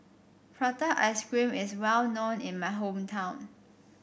Prata Ice Cream is well known in my hometown